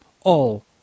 all